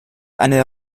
eine